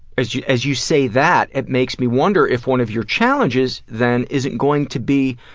as you as you say that it makes me wonder if one of your challenges then isn't going to be